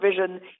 vision